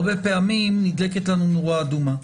הרבה פעמים נדלקת נורה אדומה.